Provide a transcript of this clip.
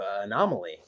anomaly